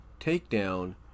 takedown